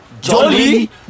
Jolly